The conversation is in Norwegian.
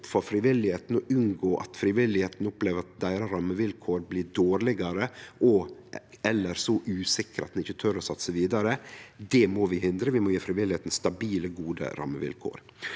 for frivilligheita og unngå at frivilligheita opplever at rammevilkåra deira blir dårlegare eller så usikre at ein ikkje tør å satse vidare. Det må vi hindre: Vi må gje frivilligheita stabile, gode rammevilkår.